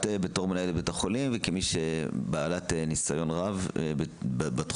בתור מנהלת בית החולים וכבעלת ניסיון רב בתחום,